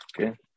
okay